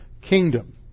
kingdom